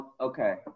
Okay